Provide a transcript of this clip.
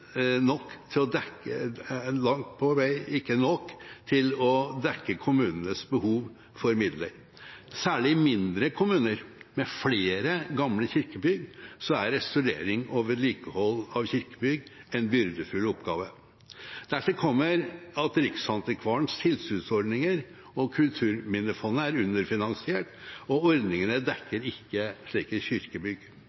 nok til å dekke kommunenes behov for midler. Særlig i mindre kommuner med flere gamle kirkebygg er restaurering og vedlikehold av kirkebygg en byrdefull oppgave. Dertil kommer at Riksantikvarens tilskuddsordninger og Kulturminnefondet er underfinansiert, og ordningene